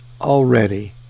already